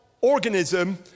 organism